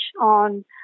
on